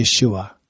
Yeshua